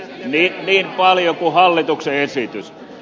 niin paljon kuin hallituksen esitys